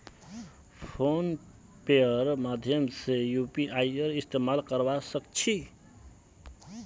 phone पेर माध्यम से यूपीआईर इस्तेमाल करवा सक छी